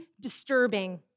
disturbing